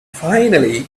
finally